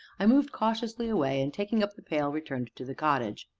i moved cautiously away, and taking up the pail, returned to the cottage.